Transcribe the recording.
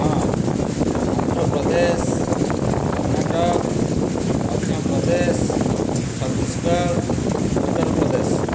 ହଁ ଆନ୍ଧ୍ରପ୍ରଦେଶ କର୍ଣ୍ଣାଟକ ମଧ୍ୟପ୍ରଦେଶ ଛତିଶଗଡ଼ ଉତ୍ତରପ୍ରଦେଶ